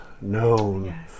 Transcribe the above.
known